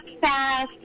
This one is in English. fast